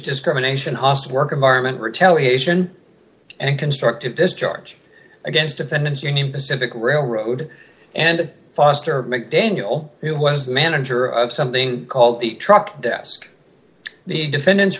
discrimination hostile work environment retaliation and constructive discharge against defendants union pacific railroad and foster mcdaniel who was the manager of something called the truck desk the defend